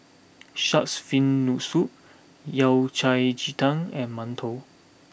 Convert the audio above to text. Shark's Fin no Soup Yao Cai Ji Tang and Mantou